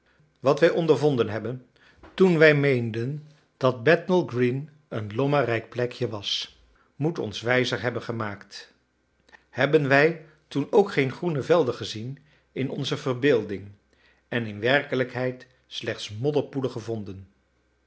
wat wij ondervonden hebben toen wij meenden dat bethnal green een lommerrijk plekje was moet ons wijzer hebben gemaakt hebben wij toen ook geen groene velden gezien in onze verbeelding en in werkelijkheid slechts modderpoelen gevonden